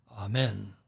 Amen